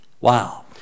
Wow